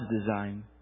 design